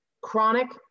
chronic